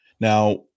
now